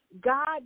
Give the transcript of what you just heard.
God